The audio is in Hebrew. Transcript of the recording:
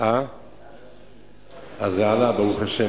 130. זה עלה, ברוך השם.